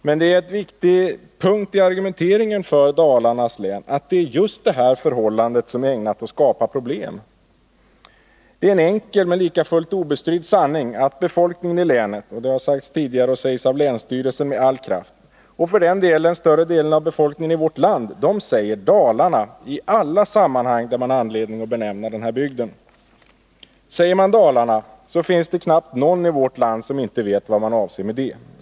Men det är en viktig punkt i argumenteringen för ett namnbyte till Dalarnas län att det är just det här förhållandet som är ägnat att skapa problem. Det är en enkel men likväl obestridd sanning att befolkningen i länet — det har sagts tidigare, och det sägs av länsstyrelsen med all kraft — och för den delen också större delen av befolkningen i vårt land säger Dalarna i alla sammanhang där man har anledning att nämna den här bygden. Säger man Dalarna finns det knappast någon i vårt land som inte vet vad som avses.